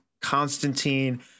Constantine